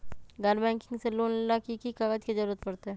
गैर बैंकिंग से लोन ला की की कागज के जरूरत पड़तै?